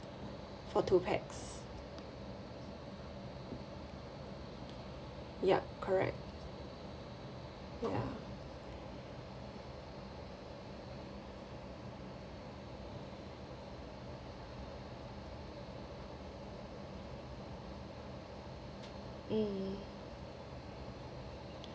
for two pax yup correct right ya mm